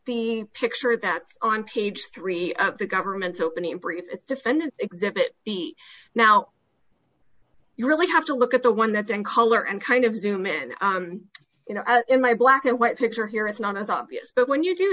the picture that's on page three of the government's opening brief it's defendant exhibit b now you really have to look at the one that's in color and kind of zoom in you know in my black and white picture here it's not as obvious but when you do